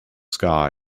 sky